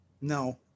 No